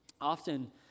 often